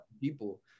people